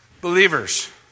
believers